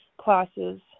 classes